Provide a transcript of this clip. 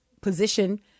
position